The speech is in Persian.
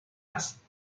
است